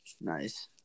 Nice